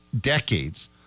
decades